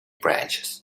branches